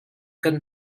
kan